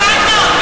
אבל הפלת אותו.